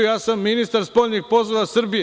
Ja sam ministar spoljnih poslova Srbije.